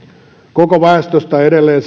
koko väestöstä edelleen